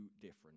different